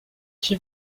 qui